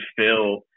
fill